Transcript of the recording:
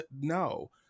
no